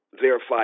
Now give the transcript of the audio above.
verified